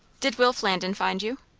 did will flandin find you?